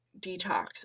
detox